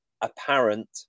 apparent